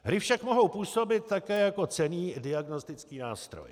Hry však mohou působit také jako cenný diagnostický nástroj.